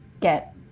get